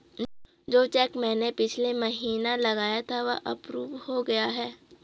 जो चैक मैंने पिछले महीना लगाया था वह अप्रूव हो गया है